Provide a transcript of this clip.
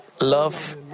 love